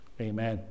Amen